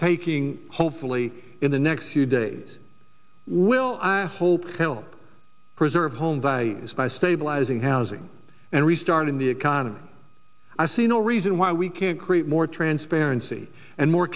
taking hopefully in the next few days will asshole help preserve home values by stabilizing housing and restarting the economy i see no reason why we can't create more transparency and more